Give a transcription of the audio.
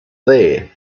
there